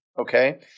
okay